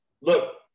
look